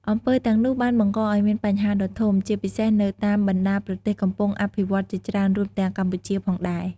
អំពើទាំងនោះបានបង្កឲ្យមានបញ្ហាដ៏ធំ ជាពិសេសនៅតាមបណ្ដាប្រទេសកំពុងអភិវឌ្ឍន៍ជាច្រើន រួមទាំងកម្ពុជាផងដែរ។